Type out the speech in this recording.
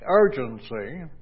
urgency